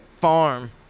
Farm